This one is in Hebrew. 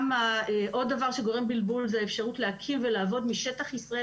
עוד דבר שגורם בלבול הוא האפשרות להקים ולעבוד משטח ישראל